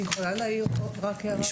אני